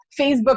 Facebook